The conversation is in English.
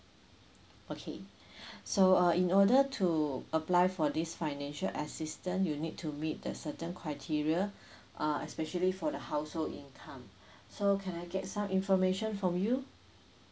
okay so uh in order to apply for this financial assistance you need to meet a certain criteria uh especially for the household income so can I get some information from you